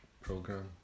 program